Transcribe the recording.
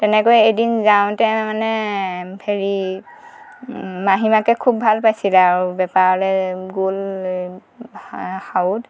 তেনেকৈ এদিন যাওঁতে মানে হেৰি মাহীমাকে খুব ভাল পাইছিলে আৰু বেপাৰলৈ গ'ল সা সাউদ